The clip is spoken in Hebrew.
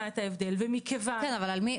את ההבדל ומכיוון --- כן אבל על מי,